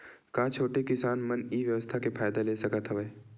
का छोटे किसान मन ई व्यवसाय के फ़ायदा ले सकत हवय?